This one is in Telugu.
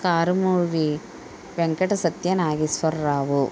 కారమూవి వెంకటసత్యనాగేశ్వరరావు